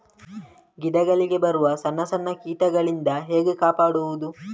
ಗಿಡಗಳಿಗೆ ಬರುವ ಸಣ್ಣ ಸಣ್ಣ ಕೀಟಗಳಿಂದ ಹೇಗೆ ಕಾಪಾಡುವುದು?